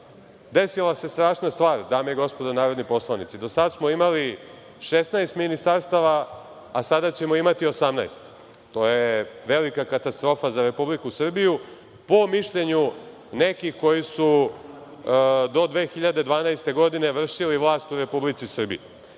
desila se strašna stvar, dame i gospodo narodni poslanici, do sad smo imali 16 ministarstava, a sada ćemo imati 18. To je velika katastrofa za Republiku Srbiju, po mišljenju nekih kojih su do 2012. godine vršili vlast u Republici Srbiji.